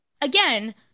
again